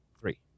Three